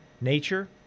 nature